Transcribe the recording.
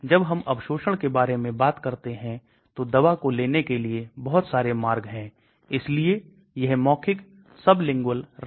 तो हम आकार को कम कर सकते हैं और Caco 2 के द्वारा पारगम्यता को बढ़ा सकते हैं समझे